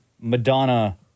Madonna